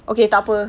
okay tak apa